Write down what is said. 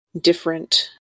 different